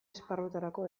esparruetarako